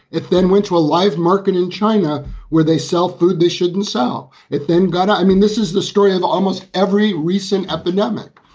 it then went to a life market in china where they sell food. they shouldn't sell it then. got it. i mean, this is the story of almost every recent epidemic.